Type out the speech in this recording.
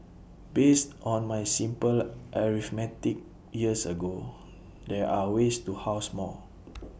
based on my simple arithmetic years ago there are ways to house more